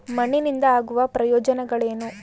ಮಣ್ಣಿನಿಂದ ಆಗುವ ಪ್ರಯೋಜನಗಳೇನು?